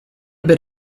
bit